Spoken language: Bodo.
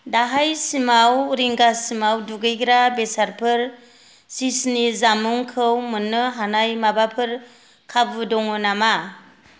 दाहायसिमाव रिंगासिमाव दुगैग्रा बेसादफोर चीजनि जामुंखौ मोन्नो हानाय माबाफोर खाबु दङ नामा